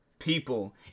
people